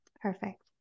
Perfect